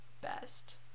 best